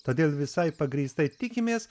todėl visai pagrįstai tikimės